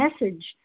message